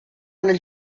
nel